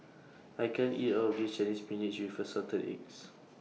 I can't eat All of This Chinese Spinach with Assorted Eggs